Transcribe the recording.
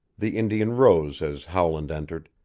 the indian rose as howland entered,